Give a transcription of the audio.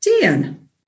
Dan